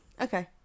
Okay